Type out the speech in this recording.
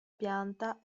pianta